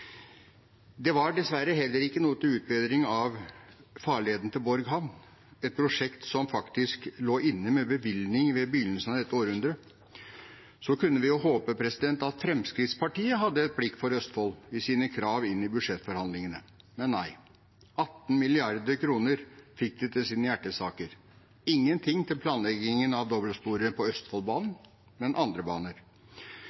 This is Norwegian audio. Det var dessverre heller ikke noe til utbedring av farleden til Borg havn, et prosjekt som faktisk lå inne med bevilgning ved begynnelsen av dette århundret. Så kunne vi jo håpe at Fremskrittspartiet hadde et blikk for Østfold i sine krav inn i budsjettforhandlingene, men nei. 18 mrd. kr fikk de til sine hjertesaker, ingenting til planleggingen av dobbeltsporet på Østfoldbanen,